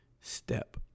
step